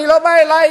אני לא בא אלייך,